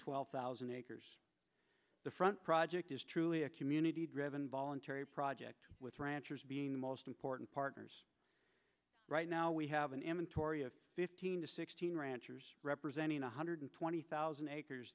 twelve thousand acres the front project is truly a community driven voluntary project with ranchers being the most important partners right now we have an m and tory of fifteen to sixteen ranchers representing one hundred twenty thousand acres